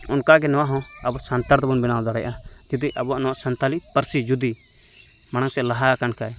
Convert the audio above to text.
ᱚᱱᱠᱟ ᱜᱮ ᱱᱚᱣᱟ ᱦᱚᱸ ᱟᱵᱚ ᱥᱟᱱᱛᱟᱲ ᱛᱮᱵᱚᱱ ᱵᱮᱱᱟᱣ ᱫᱟᱲᱮᱭᱟᱜᱼᱟ ᱡᱩᱫᱤ ᱟᱵᱚᱣᱟᱜ ᱱᱚᱣᱟ ᱥᱟᱱᱛᱟᱲᱤ ᱯᱟᱹᱨᱥᱤ ᱡᱩᱫᱤ ᱢᱟᱲᱟᱝ ᱥᱮᱱ ᱞᱟᱦᱟ ᱟᱠᱟᱱ ᱠᱷᱟᱱ